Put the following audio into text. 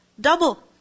double